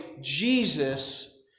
Jesus